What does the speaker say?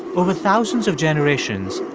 over thousands of generations,